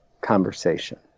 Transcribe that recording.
conversation